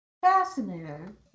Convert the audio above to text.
fascinating